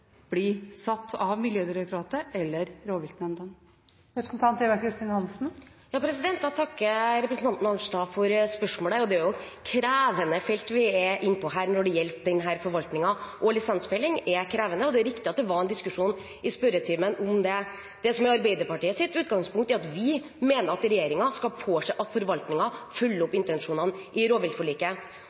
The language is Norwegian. blir satt av Miljødirektoratet eller rovviltnemndene? Jeg takker representanten Arnstad for spørsmålet. Det er krevende felt vi er inne på her når det gjelder denne forvaltningen. Lisensfelling er krevende, og det er riktig at det var en diskusjon i spørretimen om det. Det som er Arbeiderpartiets utgangspunkt, er at vi mener at regjeringen skal påse at forvaltningen følger opp intensjonene i rovviltforliket.